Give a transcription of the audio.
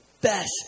best